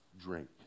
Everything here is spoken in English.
drink